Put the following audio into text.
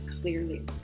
clearly